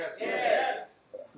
Yes